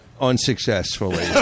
Unsuccessfully